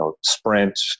Sprint